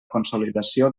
consolidació